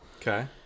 Okay